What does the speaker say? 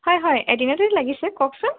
হয় হয় এড্ৰিনাতো লাগিছে কওকচোন